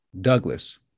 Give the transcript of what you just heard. Douglas